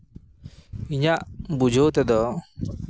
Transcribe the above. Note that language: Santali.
ᱤᱧᱟᱹᱜ ᱵᱩᱡᱷᱟᱹᱣ ᱛᱮᱫᱚ